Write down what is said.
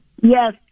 Yes